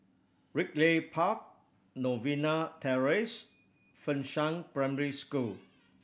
Ridley Park Novena Terrace Fengshan Primary School